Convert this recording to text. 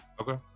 Okay